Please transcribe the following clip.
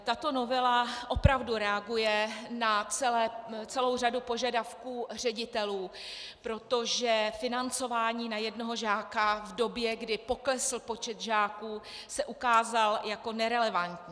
Tato novela opravdu reaguje na celou řadu požadavků ředitelů, protože financování na jednoho žáka v době, kdy poklesl počet žáků, se ukázalo jako nerelevantní.